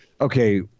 Okay